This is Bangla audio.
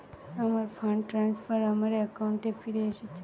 আমার ফান্ড ট্রান্সফার আমার অ্যাকাউন্টে ফিরে এসেছে